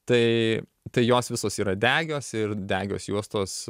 tai tai jos visos yra degios ir degios juostos